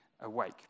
awake